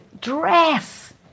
dress